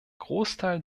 großteil